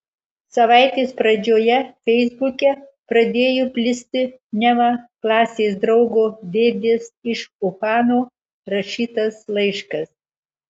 savaitės pradžioje feisbuke pradėjo plisti neva klasės draugo dėdės iš uhano rašytas laiškas